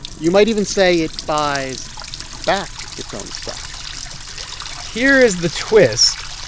you might even say it buys back its own stock here is the twist.